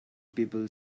people